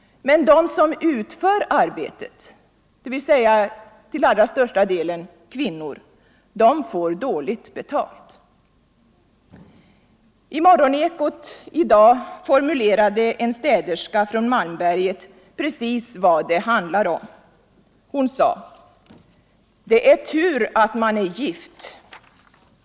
Men de som utför arbetet, dvs. kvinnorna, får dåligt betalt. I dagens morgoneko formulerade en städerska från Malmberget precis vad det handlar om. Hon sade: ”Det är tur att man är gift.